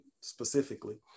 specifically